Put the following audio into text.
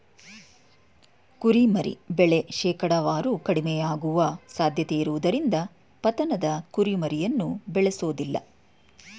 ಕುರಿಮರಿ ಬೆಳೆ ಶೇಕಡಾವಾರು ಕಡಿಮೆಯಾಗುವ ಸಾಧ್ಯತೆಯಿರುವುದರಿಂದ ಪತನದ ಕುರಿಮರಿಯನ್ನು ಬೇಳೆಸೋದಿಲ್ಲ